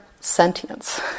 sentience